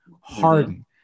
Harden